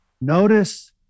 Notice